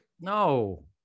No